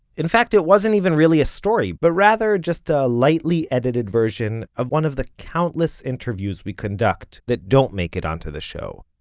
in fact it wasn't even really a story, but rather just a lightly edited version of one of the countless interviews we conduct that don't make it onto the show.